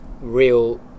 real